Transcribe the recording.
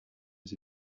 sie